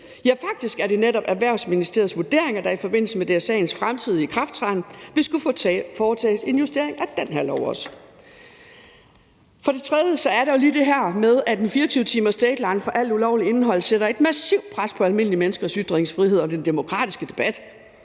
til. Faktisk er det netop Erhvervsministeriets vurdering, at der i forbindelse med DSA'ens fremtidige ikrafttræden vil skulle foretages en justering af den her lov også. For det tredje er der lige det her med, at en 24-timersdeadline for alt ulovligt indhold sætter et massivt pres på almindelige menneskers ytringsfrihed og den demokratiske debat,